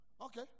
Okay